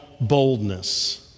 boldness